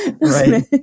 Right